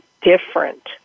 different